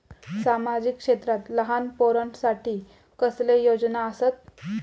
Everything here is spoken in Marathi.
सामाजिक क्षेत्रांत लहान पोरानसाठी कसले योजना आसत?